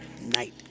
night